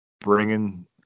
bringing